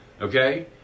Okay